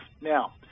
Now